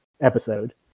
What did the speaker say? episode